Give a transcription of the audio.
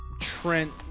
Trent